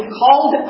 called